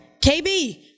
KB